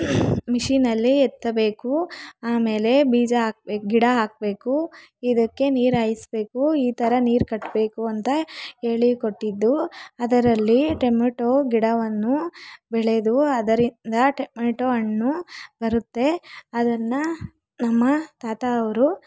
ಮಿಷೀನಲ್ಲಿ ಏತ್ತಬೇಕು ಆಮೇಲೆ ಬೀಜ ಹಾಕ್ಬೇಕು ಗಿಡ ಹಾಕಬೇಕು ಇದಕ್ಕೆ ನೀರು ಹಾಯಿಸಬೇಕು ಈ ಥರ ನೀರು ಕಟ್ಟಬೇಕಂತ ಹೇಳಿ ಕೊಟ್ಟಿದ್ದು ಅದರಲ್ಲಿ ಟೊಮ್ಯಾಟೋ ಗಿಡವನ್ನು ಬೆಳೆದು ಅದರಿಂದ ಟೊಮ್ಯಾಟೋ ಹಣ್ಣು ಬರುತ್ತೆ ಅದನ್ನು ನಮ್ಮ ತಾತ ಅವರು